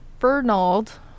Fernald